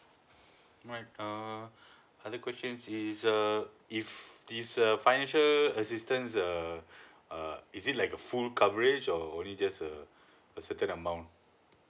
my err other questions is err if this uh financial assistance err uh is it like a full coverage or only just a a certain amount